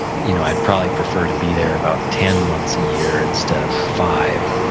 you know i'd probably prefer to be there about ten months a year instead of five,